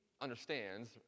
understands